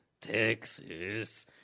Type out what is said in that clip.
Texas